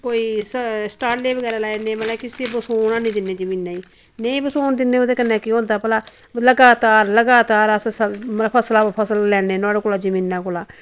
कोई स्टाले वबैरा लाई उड़ने मतलब कि उसी बसोन हन्नी दिन्ने जमीनें गी नेई बसोन दिन्ने ओह्दे कन्ने केह् होंदा भला लगातार लगातार अस मतलब फसला पर फसल लैन्ने नुआढ़े कोला जमीना कोला